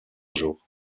jour